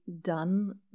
done